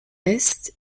est